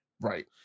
Right